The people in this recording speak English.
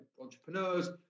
entrepreneurs